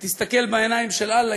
אתה תסתכל בעיניים של אללה,